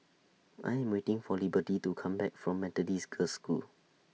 I Am waiting For Liberty to Come Back from Methodist Girls' School